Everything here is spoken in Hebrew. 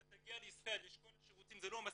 אתה תגיע לישראל ויש את כל השירותים" זה לא מספיק,